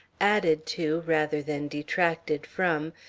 added to, rather than detracted from,